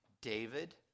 David